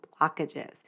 blockages